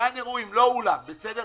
גן אירועים, לא אולם, בסדר?